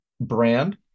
brand